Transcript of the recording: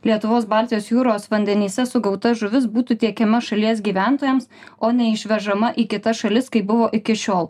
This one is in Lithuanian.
lietuvos baltijos jūros vandenyse sugauta žuvis būtų tiekiama šalies gyventojams o ne išvežama į kitas šalis kaip buvo iki šiol